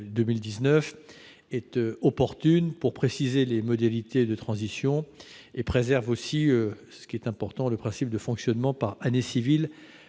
2019 est opportune pour préciser les modalités de transition et préserve le principe de fonctionnement par année civile